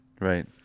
Right